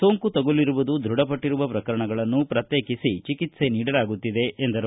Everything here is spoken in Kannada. ಸೋಂಕು ತಗುಲಿರುವುದು ದೃಢಪಟ್ಟರುವ ಪ್ರಕರಣಗಳನ್ನು ಪ್ರತ್ಯೇಕಿಸಿ ಚಿಕಿತ್ಸೆ ನೀಡಲಾಗುತ್ತಿದೆ ಎಂದರು